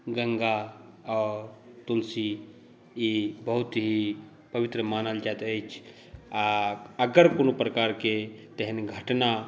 गङ्गा आओर तुलसी ई बहुत ही पवित्र मानल जाइत अछि आ अगर कोनो प्रकारकेँ तहन घटना